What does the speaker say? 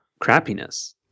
crappiness